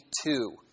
two